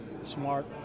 Smart